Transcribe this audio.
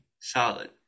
solid